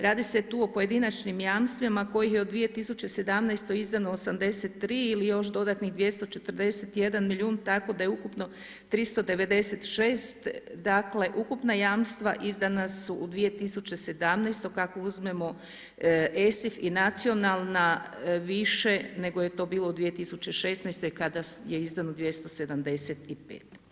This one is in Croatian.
Radi se tu o pojedinačnim jamstvima kojih je u 2017. izdano 83 ili još dodatnih 241 milijun tako da je ukupno 396 dakle, ukupna jamstva izdana su u 2017. kako uzmemo ESIF i nacionalna više nego je to bilo u 2016. kada je izdano 275.